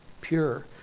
pure